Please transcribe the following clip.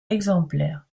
exemplaire